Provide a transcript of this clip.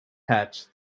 hatch